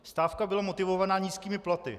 Stávka byla motivovaná nízkými platy.